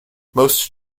most